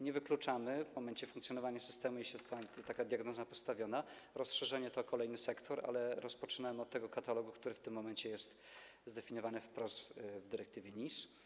Nie wykluczamy w momencie funkcjonowania systemu, jeśli taka diagnoza zostanie postawiona, rozszerzenia tego o kolejny sektor, ale rozpoczynamy od katalogu, który w tym momencie jest zdefiniowany wprost w dyrektywie NIS.